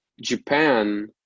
Japan